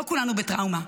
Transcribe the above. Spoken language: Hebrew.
לא כולנו בטראומה,